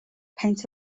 peint